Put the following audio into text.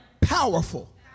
powerful